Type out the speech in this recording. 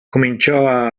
cominciò